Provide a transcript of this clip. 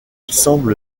semble